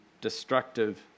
destructive